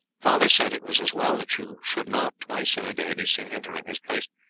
father said it was as well that you should not, twice in a day, be seen entering his place.